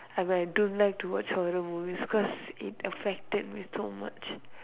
I mean I don't like to watch horror movies cause it affected me so much